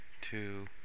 two